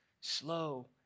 slow